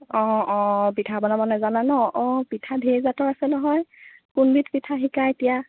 অঁ অঁ পিঠা বনাব নেজানা ন অঁ পিঠা ঢেৰ জাতৰ আছে নহয় কোনবিধ পিঠা শিকা এতিয়া